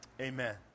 Amen